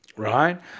Right